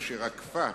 אשר "עקפה"